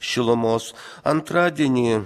šilumos antradienį